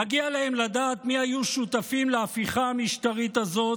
מגיע להם לדעת מי היו שותפים להפיכה המשטרית הזאת,